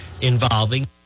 involving